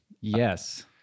Yes